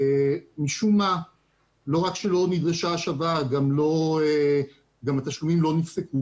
משום מה לא רק שלא נדרשה השבה גם התשלומים לא נפסקו.